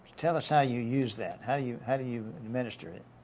tell us how you use that how do you how do you administer it?